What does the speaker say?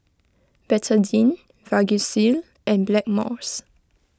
Betadine Vagisil and Blackmores